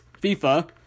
FIFA